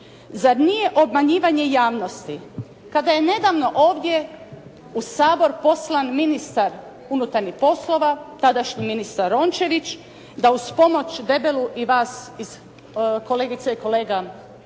Zar nije obmanjivanje javnosti kada je nedavno ovdje u Sabor poslan ministar unutarnjih poslova, tadašnji ministar Rončević da uz pomoć debelu i vas kolegice i kolega